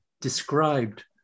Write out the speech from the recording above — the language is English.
described